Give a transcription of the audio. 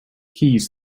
keys